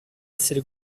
essere